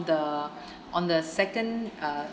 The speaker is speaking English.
the on the second uh